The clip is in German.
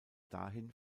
dahin